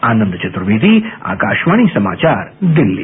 आनंद चतुर्वेदी आकाशवाणी समाचार दिल्ली